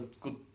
good